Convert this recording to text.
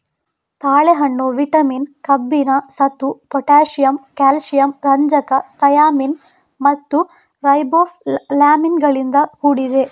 ತಾಳೆಹಣ್ಣು ವಿಟಮಿನ್, ಕಬ್ಬಿಣ, ಸತು, ಪೊಟ್ಯಾಸಿಯಮ್, ಕ್ಯಾಲ್ಸಿಯಂ, ರಂಜಕ, ಥಯಾಮಿನ್ ಮತ್ತು ರೈಬೋಫ್ಲಾವಿನುಗಳಿಂದ ಕೂಡಿದೆ